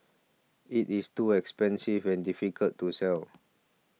it is too expensive and difficult to sell